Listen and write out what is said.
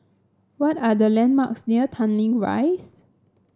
what are the landmarks near Tanglin Rise